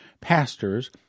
pastors